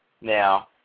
Now